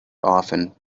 often